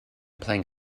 playing